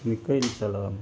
निकलि चलब